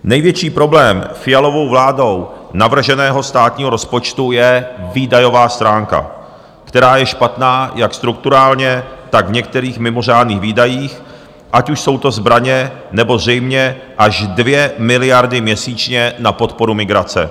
Největší problém Fialovou vládou navrženého státního rozpočtu je výdajová stránka, která je špatná jak strukturálně, tak v některých mimořádných výdajích, ať už jsou to zbraně, nebo zřejmě až 2 miliardy měsíčně na podporu migrace.